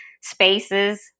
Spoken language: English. spaces